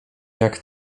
jak